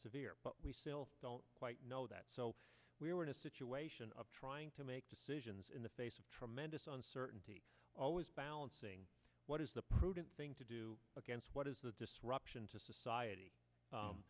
severe but we still don't quite know that so we were in a situation of trying to make decisions in the face of tremendous uncertainty always balancing what is the prudent thing to do against what is the disruption to